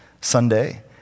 Sunday